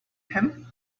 him